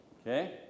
okay